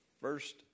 first